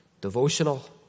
Devotional